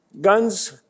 guns